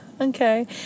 Okay